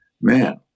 Man